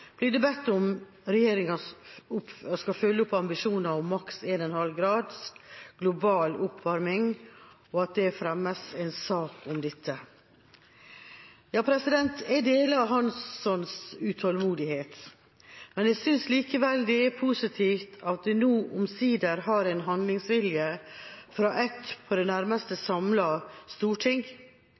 blir det bedt om at regjeringa skal følge opp ambisjonen om maks 1,5 graders global oppvarming, og at det fremmes en sak om dette. Jeg deler representanten Hanssons utålmodighet, men jeg synes likevel det er positivt at vi nå omsider har en handlingsvilje fra et på det nærmeste samlet storting.